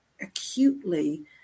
acutely